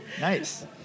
Nice